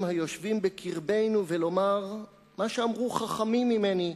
היושבים בקרבנו ולומר מה שאמרו חכמים ממני: